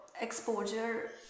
exposure